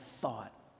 thought